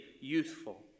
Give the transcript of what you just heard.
youthful